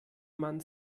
man